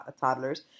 toddlers